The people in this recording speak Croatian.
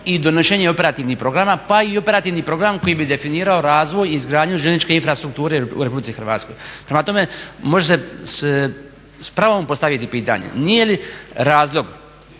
i donošenje operativnih programa pa i operativni program koji bi definirao razvoj i izgradnju željezničke infrastrukture u RH. Prema tome, može se s pravom postaviti pitanje, nije li razlog